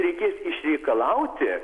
reikės išreikalauti